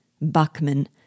Buckman